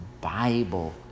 Bible